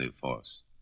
force